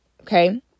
okay